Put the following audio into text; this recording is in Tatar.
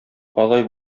алай